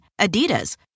Adidas